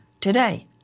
today